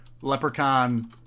leprechaun